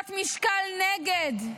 להיות משקל נגד,